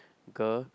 girl